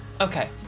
Okay